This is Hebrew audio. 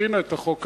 שהכינה את החוק הזה,